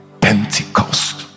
Pentecost